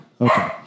Okay